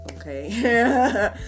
okay